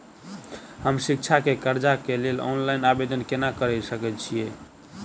हम शिक्षा केँ कर्जा केँ लेल ऑनलाइन आवेदन केना करऽ सकल छीयै?